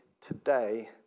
today